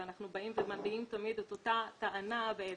אנחנו באים ומביעים תמיד את אותה טענה בעצם.